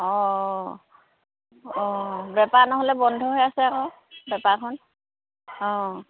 অঁ অঁ বেপাৰ নহ'লে বন্ধ হৈ আছে আকৌ বেপাৰখন অঁ